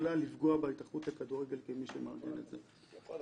שעלולה לפגוע בהתאחדות לכדורגל ובכל הספורט.